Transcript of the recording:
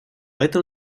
этом